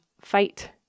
fight